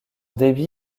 débit